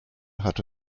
hatte